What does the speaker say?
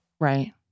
Right